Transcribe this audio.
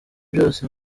byose